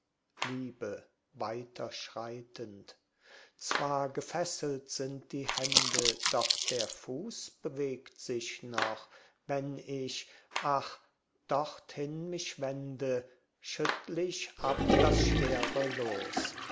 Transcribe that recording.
liebe weiterschreitend zwar gefesselt sind die hände doch der fuß bewegt sich noch wenn ich ach dorthin mich wende schüttl ich ab das schwere joch